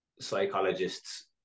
psychologists